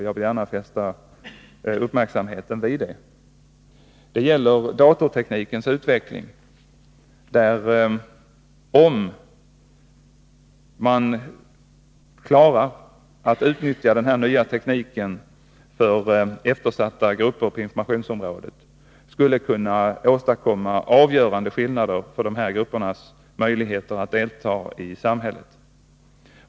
Jag vill gärna fästa uppmärksamheten på detta. Det gäller datorteknikens utveckling. Om man klarar att utnyttja den nya datortekniken på informationsområdet för eftersatta grupper, skulle man kunna åstadkomma avgörande förbättringar av dessa gruppers möjligheter att delta i samhällslivet.